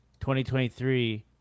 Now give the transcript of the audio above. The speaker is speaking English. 2023